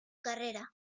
carrera